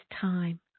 time